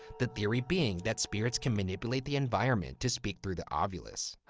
the theory being that spirits can manipulate the environment to speak through the um ovilus.